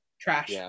Trash